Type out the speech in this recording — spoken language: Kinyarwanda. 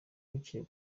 bukeye